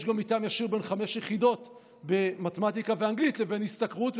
יש גם מתאם ישיר בין חמש יחידות במתמטיקה ובאנגלית לבין השתכרות,